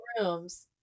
rooms